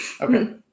Okay